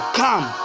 come